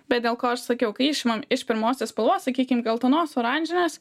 bet dėl ko aš sakiau kai išimam iš pirmosios spalvos sakykim geltonos oranžinės